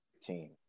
team